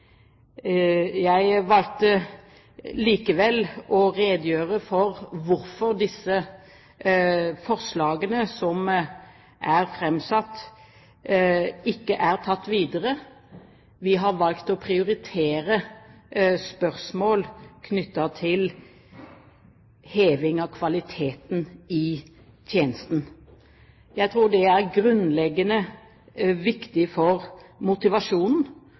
Jeg valgte likevel å redegjøre for hvorfor disse forslagene som er framsatt, ikke er tatt videre. Vi har valgt å prioritere spørsmål knyttet til heving av kvaliteten i tjenesten. Jeg tror det er grunnleggende viktig for motivasjonen,